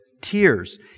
tears